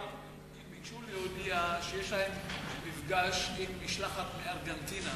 הם ביקשו להודיע שיש להם מפגש עם משלחת מארגנטינה,